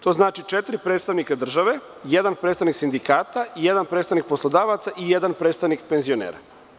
To znači – četiri predstavnika države, jedan predstavnik sindikata, jedan predstavnik poslodavaca i jedan predstavnik penzionera.